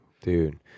Dude